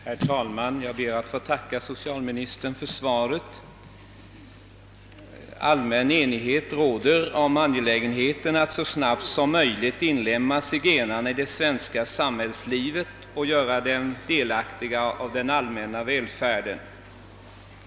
Herr talman! Jag ber att få tacka socialministern för svaret. Allmän enighet råder om angelägenheten av att så snabbt som möjligt inlemma zigenarna i det svenska samhällslivet och göra dem delaktiga av den allmänna välfärden.